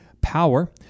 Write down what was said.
power